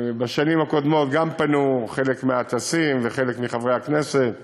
בשנים הקודמות גם פנו חלק מהטסים וחלק מחברי הכנסת ואחרים,